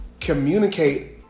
communicate